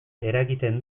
eragiten